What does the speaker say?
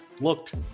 looked